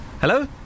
Hello